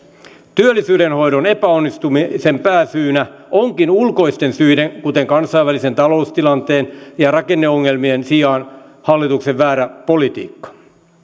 työllisyyden hoidon epäonnistumisen pääsyynä onkin ulkoisten syiden kuten kansainvälisen taloustilanteen ja rakenneongelmien sijaan hallituksen väärä politiikka